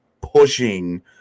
pushing